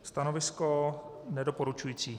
Stanovisko nedoporučující.